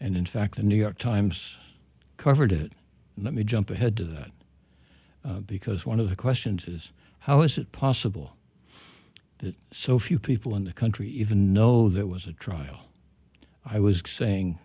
and in fact the new york times covered it and let me jump ahead to that because one of the questions is how is it possible that so few people in the country even know there was a trial i was saying